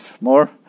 more